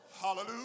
Hallelujah